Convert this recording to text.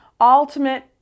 ultimate